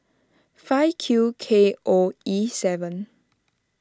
five Q K O E seven